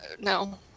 No